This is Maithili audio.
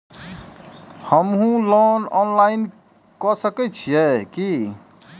हमू लोन ऑनलाईन के सके छीये की?